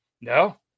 no